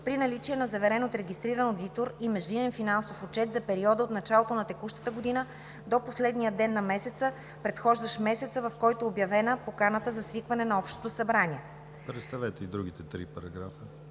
при наличие на заверен от регистриран одитор и междинен финансов отчет за периода от началото на текущата година до последния ден на месеца, предхождащ месеца, в който е обявена поканата за свикване на общото събрание.” ПРЕДСЕДАТЕЛ ДИМИТЪР ГЛАВЧЕВ: Представете и другите три параграфа.